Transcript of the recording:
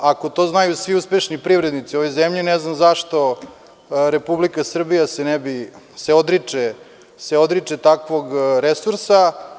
Ako to znaju svi uspešni privrednici u ovoj zemlji, ne znam zašto se Republika Srbija odriče takvog resursa.